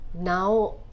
Now